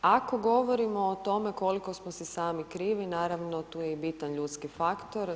Ako govorimo o tome koliko smo si sami krivi, naravno, tu je bitan ljudski faktor.